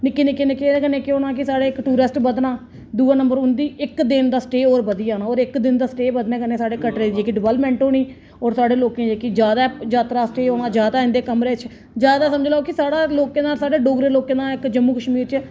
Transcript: निक्के निक्के निक्के ते एह्दे कन्नै केह् होना कि साढ़ा इक टुरिस्ट बधना दूआ नंबर उं'दी इक दिन दा स्टे होर बधी जाना होर इक दिन दा स्टे बधने कन्नै जेह्ड़ी साढ़ी कटरै दी जेह्की डेवल्पमेंट होनी होर साढ़े लोकें गी जेह्की जादै जात्तरा स्टे दा होना जादै इं'दे कमरे च जादा समझी लैओ कि साढ़ा लोकें दा साढ़े डोगरें लोकें दा इक जम्मू कश्मीर च